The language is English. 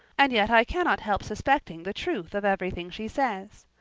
and yet i cannot help suspecting the truth of everything she says.